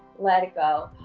let it go.